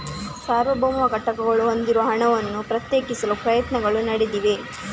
ಸಾರ್ವಭೌಮ ಘಟಕಗಳು ಹೊಂದಿರುವ ಹಣವನ್ನು ಪ್ರತ್ಯೇಕಿಸಲು ಪ್ರಯತ್ನಗಳು ನಡೆದಿವೆ